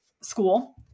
school